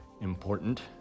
important